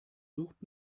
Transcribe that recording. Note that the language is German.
sucht